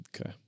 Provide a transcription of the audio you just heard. Okay